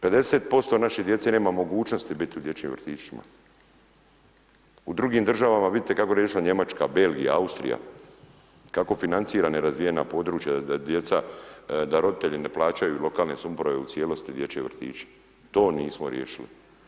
50% naše djece nema mogućnosti biti u dječjim vrtićima, u drugim državama, vidite kako je riješila Njemačka, Belgija, Austrija, kako financira nerazvijena područja da djeca, da roditelji ne plaćaju lokalne samouprave u cijelosti dječje vrtiće, to nismo riješili.